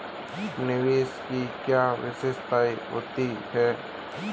निवेश की क्या विशेषता होती है?